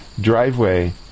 driveway